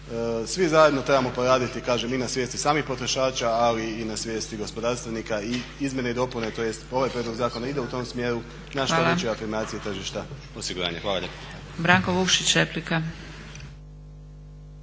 Svi zajedno trebamo poraditi kažem i na svijesti samih potrošača ali i na svijesti gospodarstvenika. I izmjene i dopune, tj. ovaj prijedlog zakona ide u tom smjeru na što većoj afirmaciji tržišta osiguranja. Hvala lijepa.